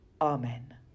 Amen